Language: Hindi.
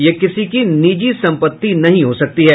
यह किसी की निजी संपत्ति नहीं हो सकती है